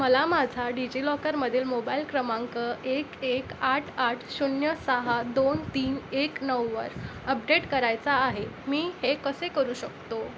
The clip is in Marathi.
मला माझा डिजि लॉकरमधील मोबाईल क्रमांक एक एक आठ आठ शून्य सहा दोन तीन एक नऊवर अपडेट करायचा आहे मी हे कसे करू शकतो